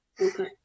Okay